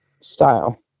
style